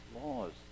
laws